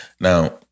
Now